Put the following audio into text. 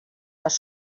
les